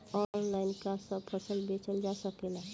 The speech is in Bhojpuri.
आनलाइन का सब फसल बेचल जा सकेला?